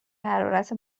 حرارت